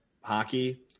hockey